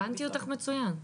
הבנתי אותך מצוין.